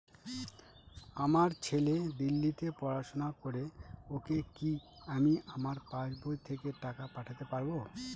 আমার ছেলে দিল্লীতে পড়াশোনা করে ওকে কি আমি আমার পাসবই থেকে টাকা পাঠাতে পারব?